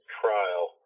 trial